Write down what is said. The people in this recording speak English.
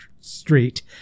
Street